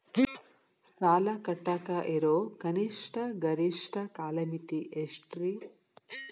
ಸಾಲ ಕಟ್ಟಾಕ ಇರೋ ಕನಿಷ್ಟ, ಗರಿಷ್ಠ ಕಾಲಮಿತಿ ಎಷ್ಟ್ರಿ?